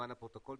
למען הפרוטוקול,